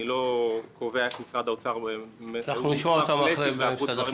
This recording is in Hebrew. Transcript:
אני לא קובע איך משרד האוצר --- אנחנו נשמע אותם אחרי משרד החינוך.